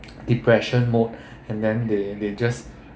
depression mode and then they they just